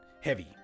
heavy